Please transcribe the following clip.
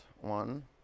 One